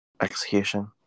execution